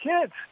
kids